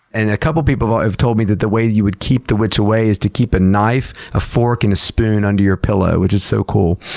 and a couple of people have told me that the way that you would keep the witch away is to keep a knife, a fork, and a spoon under your pillow, which is so cool.